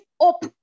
up